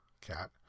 cat